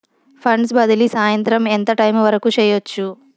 funds బదిలీ సాయంత్రం ఎంత టైము వరకు చేయొచ్చు